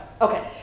Okay